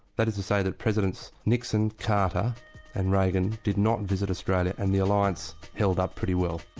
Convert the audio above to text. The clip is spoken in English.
that is to say that presidents nixon, carter and reagan did not visit australia and the alliance held up pretty well.